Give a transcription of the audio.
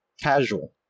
Casual